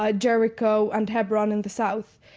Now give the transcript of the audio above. ah jericho and hebron in the south.